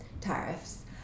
tariffs